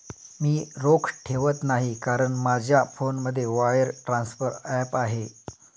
मी रोख ठेवत नाही कारण माझ्या फोनमध्ये वायर ट्रान्सफर ॲप आहे